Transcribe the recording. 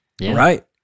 Right